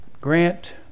Grant